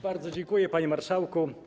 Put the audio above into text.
Bardzo dziękuję, panie marszałku.